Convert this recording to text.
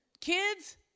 kids